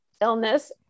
illness